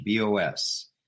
BOS